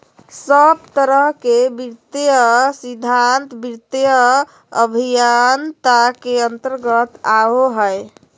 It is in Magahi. सब तरह के वित्तीय सिद्धान्त वित्तीय अभयन्ता के अन्तर्गत आवो हय